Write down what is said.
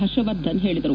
ಪರ್ಷವರ್ಧನ್ ಹೇಳಿದರು